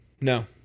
No